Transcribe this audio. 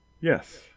Yes